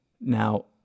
Now